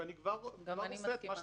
ואני כבר עושה את מה שצריך.